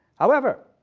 however,